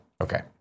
okay